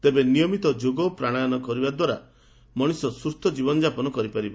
ତେବେ ନିୟମିତ ଯୋଗ ଓ ପ୍ରାଶାୟମ ଦ୍ୱାରା ମଣିଷ ସୁସ୍ଛ ଜୀବନଯାପନ କରିପାରିବ